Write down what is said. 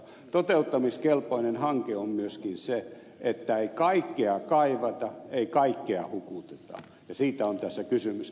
toteuttamiskelpoinen hanke on myöskin se että ei kaikkea kaivata ei kaikkea hukuteta ja siitä on tässä kysymys